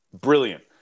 brilliant